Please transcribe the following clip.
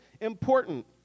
important